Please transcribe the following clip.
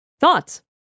Thoughts